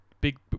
big